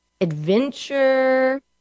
adventure